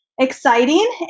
exciting